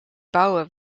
bouwen